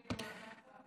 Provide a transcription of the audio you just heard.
במעבר.